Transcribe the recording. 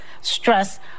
stress